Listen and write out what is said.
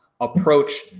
approach